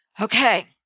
Okay